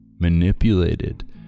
manipulated